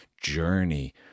journey